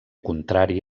contrari